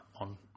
on